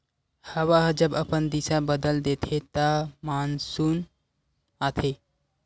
हवा ह जब अपन दिसा बदल देथे त मानसून आथे